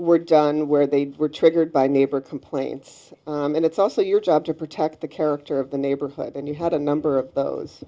were done where they were triggered by neighbor complaints and it's also your job to protect the character of the neighborhood and you had a number of those